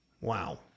Wow